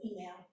email